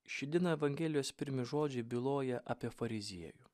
šiandiena evangelijos pirmi žodžiai byloja apie fariziejų